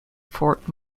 fort